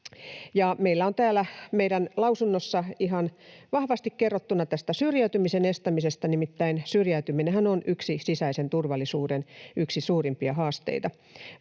meidän lausunnossa ihan vahvasti kerrottuna tästä syrjäytymisen estämisestä. Nimittäin syrjäytyminenhän on sisäisen turvallisuuden yksi suurimpia haasteita.